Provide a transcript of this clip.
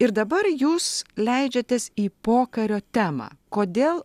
ir dabar jūs leidžiatės į pokario temą kodėl